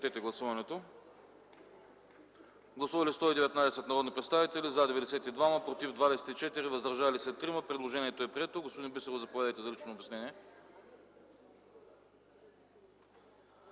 Гласували 119 народни представители: за 92, против 24, въздържали се 3. Предложението е прието. Господин Бисеров, заповядайте за лично обяснение.